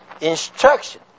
instruction